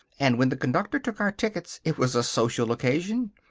and when the conductor took our tickets it was a social occasion.